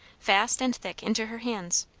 fast and thick, into her hands.